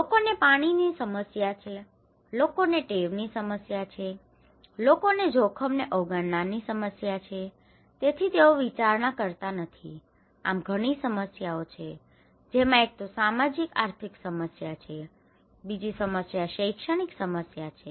લોકોને પાણીની સમસ્યા છે લોકોને ટેવની સમસ્યા છે લોકોને જોખમને અવગણવાની સમસ્યા છે તેથી તેઓ વિચારણા કરતા નથી આમ ઘણી સમસ્યાઓ છે જેમાં એક તો સામાજિક આર્થિક સમસ્યા છે બીજી સમસ્યા શૈક્ષણિક સમસ્યા છે